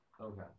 Okay